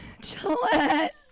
Gillette